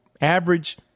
average